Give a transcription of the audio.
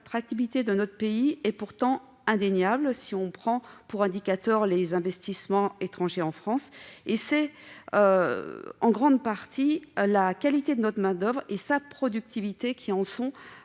l'attractivité de notre pays est pourtant indéniable si l'on prend comme indicateur les investissements étrangers en France, notamment en raison de la qualité de notre main-d'oeuvre et de sa productivité. En